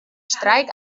streik